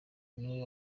niwe